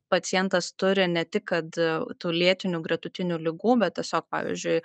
pacientas turi ne tik kad tų lėtinių gretutinių ligų bet tiesiog pavyzdžiui